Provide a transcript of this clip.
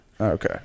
Okay